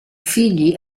figli